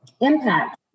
impact